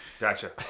Gotcha